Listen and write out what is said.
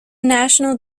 national